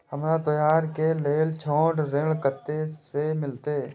हमरा त्योहार के लेल छोट ऋण कते से मिलते?